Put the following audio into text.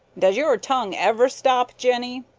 does your tongue ever stop, jenny?